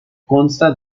consta